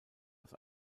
aus